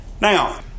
Now